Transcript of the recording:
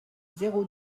zéro